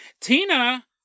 Tina